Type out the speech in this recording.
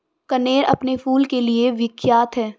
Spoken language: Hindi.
कनेर अपने फूल के लिए विख्यात है